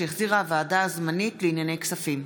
שהחזירה הוועדה הזמנית לענייני כספים.